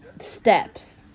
steps